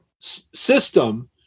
system